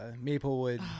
Maplewood